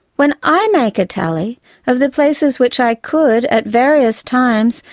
when i make a tally of the places which i could, at various times,